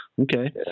Okay